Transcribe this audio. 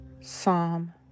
Psalm